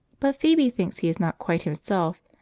but phoebe thinks he is not quite himself,